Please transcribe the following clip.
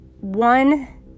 one